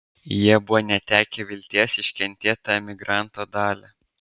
jie buvo netekę vilties iškentėt tą emigranto dalią